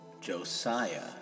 Josiah